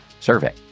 survey